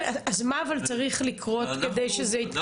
אבל מה צריך לקרות כדי שזה יתקדם?